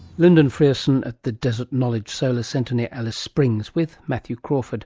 lyndon frearson at the desert knowledge solar centre near alice springs with matthew crawford